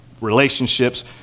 relationships